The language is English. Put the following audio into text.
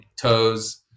toes